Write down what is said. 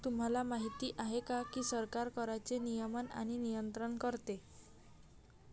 तुम्हाला माहिती आहे का की सरकार कराचे नियमन आणि नियंत्रण करते